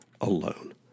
Alone